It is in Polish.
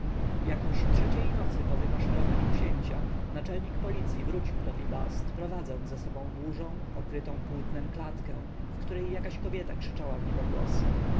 jakoż trzeciej nocy po wymaszerowaniu księcia naczelnik policji wrócił do pi-bast prowadząc za sobą dużą okrytą płótnem klatkę w której jakaś kobieta krzyczała wniebogłosy